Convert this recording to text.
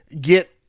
get